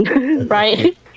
Right